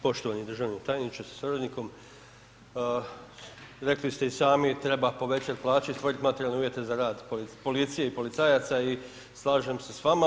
Poštovani državni tajniče sa suradnikom, rekli ste i sami treba povećat plaće i stvorit materijalne uvjete za rad policije i policajaca i slažem se s vama.